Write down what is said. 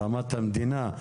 ברמת המדינה,